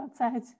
outside